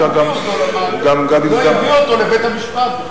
לא הביאו אותו לבית-המשפט.